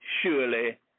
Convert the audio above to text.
surely